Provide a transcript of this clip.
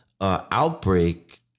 Outbreak